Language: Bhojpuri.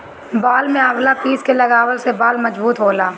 बाल में आवंला पीस के लगवला से बाल मजबूत होला